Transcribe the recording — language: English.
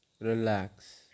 relax